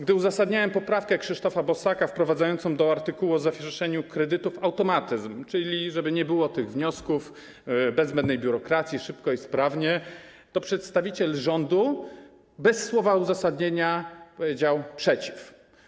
Gdy uzasadniałem poprawkę Krzysztofa Bosaka wprowadzającą do artykułu o zawieszeniu kredytów automatyzm, czyli żeby nie było tych wniosków, bez zbędnej biurokracji, szybko i sprawnie, to przedstawiciel rządu bez słowa uzasadnienia powiedział: przeciw.